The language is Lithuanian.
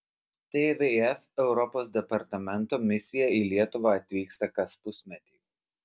tvf europos departamento misija į lietuvą atvyksta kas pusmetį